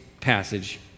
passage